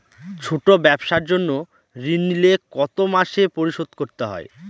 ছোট ব্যবসার জন্য ঋণ নিলে কত মাসে পরিশোধ করতে হয়?